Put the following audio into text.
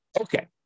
Okay